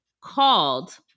called